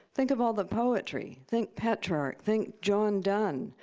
think of all the poetry. think petrarch. think john donne.